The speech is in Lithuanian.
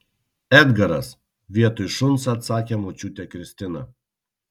edgaras vietoj šuns atsakė močiutė kristina